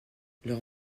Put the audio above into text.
leurs